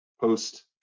post-